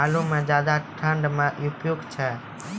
आलू म ज्यादा ठंड म उपयुक्त छै?